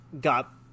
got